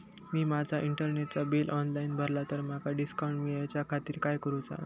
मी माजा इंटरनेटचा bill online भरला तर माका डिस्काउंट मिलाच्या खातीर काय करुचा?